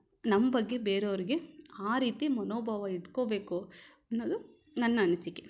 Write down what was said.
ನಮ್ಮ ಬಗ್ಗೆ ಬೇರೆಯೋರಿಗೆ ಆ ರೀತಿ ಮನೋಭಾವ ಇಟ್ಕೋಬೇಕು ಅನ್ನೋದು ನನ್ನ ಅನಿಸಿಕೆ